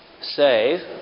save